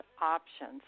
options